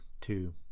two